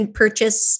purchase